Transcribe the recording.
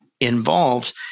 involves